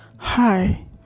Hi